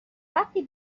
وقتی